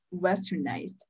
westernized